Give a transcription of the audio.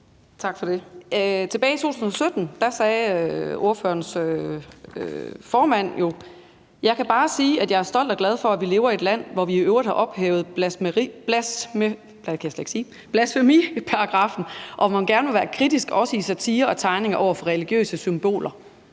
Tak for det. Tilbage i 2017 sagde ordførerens formand: Jeg kan bare sige, at jeg er stolt og glad for, at vi lever i et land, hvor vi i øvrigt har ophævet blasfemiparagraffen og man gerne må være kritisk også i satire og tegninger over for religiøse symboler.